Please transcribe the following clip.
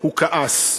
הוא כעס.